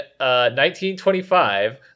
1925